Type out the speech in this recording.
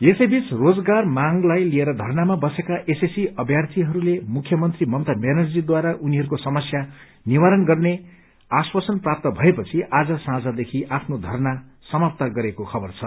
यसैबीच रोजगार मांगलाई लिएर धरनमा कसेका एसएससी अम्रूार्र्रीहरूले मुख्यमंत्री ममता व्यानर्जीद्वारा उनीहरूको समस्य निवारण गर्ने आश्वासन प्राप्त भएपछि आज साँझ देखि आफ्नो धरना सामाप्त गरेको खबर छ